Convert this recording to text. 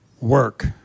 Work